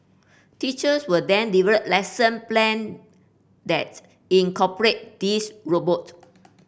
teachers will then develop lesson plan that incorporate these robots